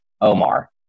Omar